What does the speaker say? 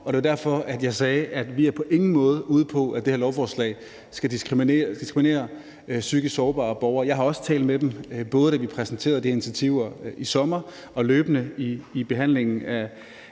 om. Det var derfor, jeg sagde, at vi på ingen måde er ude på, at det her lovforslag skal diskriminere psykisk sårbare borgere. Jeg har også talt med dem, både da vi præsenterede de initiativer i sommer, og løbende i den